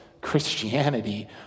Christianity